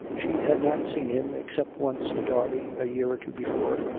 she had not seen him, except once in derby, a year or two before,